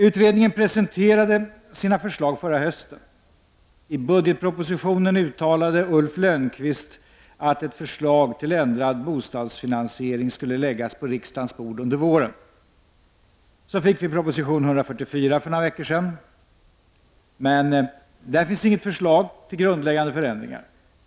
Utredningen presenterade sina förslag förra hösten. I budgetpropositionen uttalade Ulf Lönnqvist att ett förslag till ändrad bostadsfinansiering skulle läggas på riksdagens bord under våren. Så fick vi proposition 144 för några veckor sedan. Men där finns inget förslag till grundläggande förändringar.